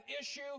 issue